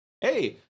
Hey